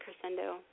crescendo